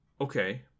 Okay